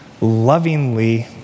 lovingly